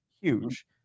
huge